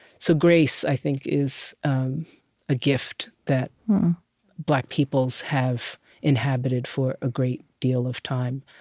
so grace, i think, is a gift that black peoples have inhabited for a great deal of time.